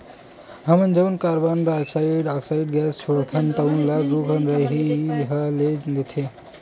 हमन जउन carbon dioxide oxide gas छोड़थन तउन ल रूख राई ह ले लेथे